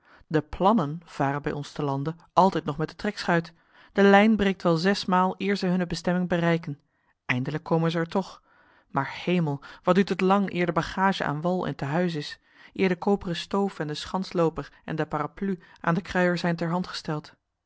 de plannen varen bij ons te lande altijd nog met de trekschuit de lijn breekt wel zesmaal eer zij hunne bestemming bereiken eindelijk komen zij er toch maar hemel wat duurt het lang eer de bagage aan wal en te huis is eer de koperen stoof en de schanslooper en de parapluie aan den kruier zijn terhandgesteld